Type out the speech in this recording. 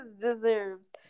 deserves